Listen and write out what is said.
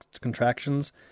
contractions